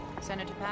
Senator